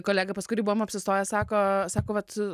kolegą pas kurį buvom apsistoję sako sako kad